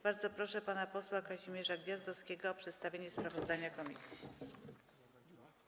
Bardzo proszę pana posła Kazimierza Gwiazdowskiego o przedstawienie sprawozdania komisji.